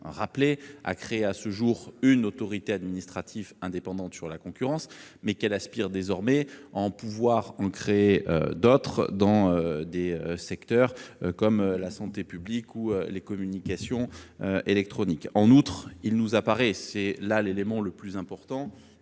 collègue, a créé à ce jour une autorité administrative indépendante sur la concurrence, mais elle aspire désormais à en créer d'autres dans des secteurs comme la santé publique ou les communications électroniques. En outre, il nous apparaît- c'est l'élément le plus important